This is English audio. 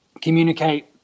communicate